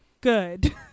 good